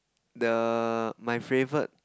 the my favourite